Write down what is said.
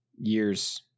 years